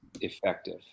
effective